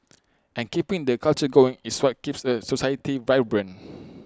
and keeping that culture going is what keeps A society vibrant